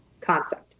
concept